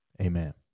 Amen